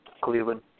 Cleveland